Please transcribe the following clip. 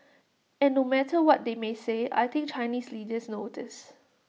and no matter what they may say I think Chinese leaders know this